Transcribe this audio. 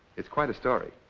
it's quite a story.